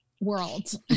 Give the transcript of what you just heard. worlds